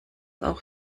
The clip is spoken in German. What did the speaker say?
auch